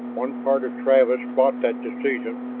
one part of travis fought that decision,